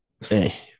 Hey